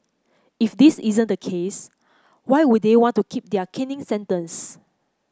if this isn't the case why would they want to keep their caning sentence